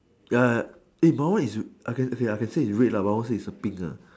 ya ya eh but what it is okay I can say is red lah but I won't say is a pink ah